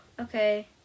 okay